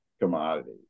commodity